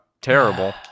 terrible